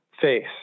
face